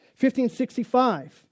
1565